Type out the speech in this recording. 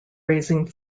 raising